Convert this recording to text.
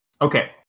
Okay